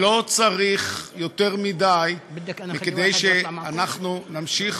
לא צריך יותר מדי כדי שאנחנו נמשיך